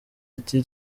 ati